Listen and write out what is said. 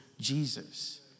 Jesus